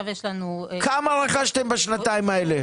יש לנו --- כמה רכשתם בשנתיים האלה?